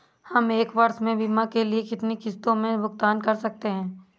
हम एक वर्ष में बीमा के लिए कितनी किश्तों में भुगतान कर सकते हैं?